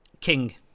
King